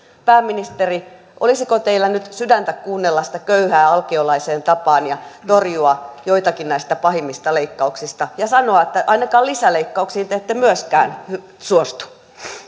pääministeri olisiko teillä nyt sydäntä kuunnella sitä köyhää alkiolaiseen tapaan ja torjua joitakin näistä pahimmista leikkauksista ja sanoa että ainakaan lisäleikkauksiin te ette myöskään suostu